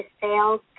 sales